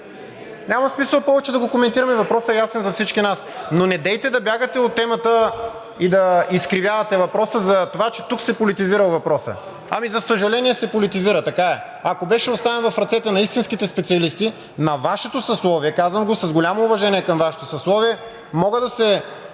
Няма смисъл повече да го коментираме. Въпросът е ясен за всички нас, но недейте да бягате от темата и да изкривявате въпроса за това, че тук се е политизирал въпросът. Ами, за съжаление, се политизира. Така е. Ако беше оставен в ръцете на истинските специалисти на Вашето съсловие, казвам го с голямо уважение към Вашето съсловие, мога да се